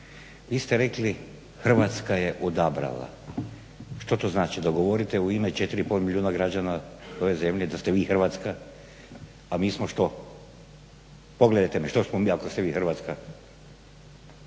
Vi ste rekli Hrvatska je odabrala. Što to znači? Da govorite u ime 4,5 milijuna građana ove zemlje, da ste vi Hrvatska, a mi smo što? Pogledajte me, što smo mi ako ste vi Hrvatska?